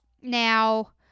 now